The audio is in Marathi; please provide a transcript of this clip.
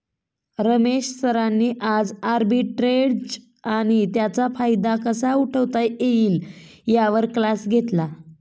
रमेश सरांनी आज आर्बिट्रेज आणि त्याचा फायदा कसा उठवता येईल यावर क्लास घेतला